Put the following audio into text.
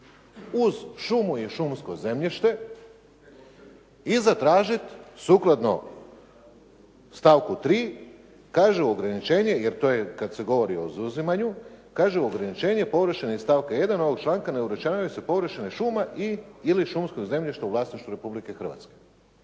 uz šumu i šumsko zemljište i zatražiti sukladno stavku 3. kažu ograničenje, jer to je kada se govori o izuzimanju, kaže ograničenje površine iz stavka 1. ovog članka ne uračunavaju se površine šuma ili šumskog zemljišta u vlasništvu Republike Hrvatske.